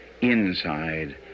inside